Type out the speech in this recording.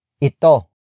ito